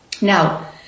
Now